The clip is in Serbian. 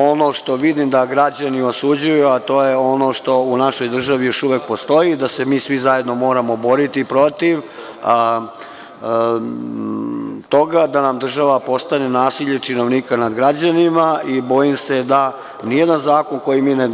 Ono što vidim da građani osuđuju, a to je ono što u našoj državi još uvek postoji, da se mi svi zajedno moramo boriti protiv toga da nam država postane nasilje činovnika nad građanima i bojim se da nijedan zakon koji mi ne